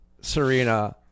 Serena